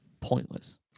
pointless